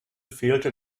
fehlte